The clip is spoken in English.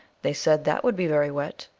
they said that would be very wet.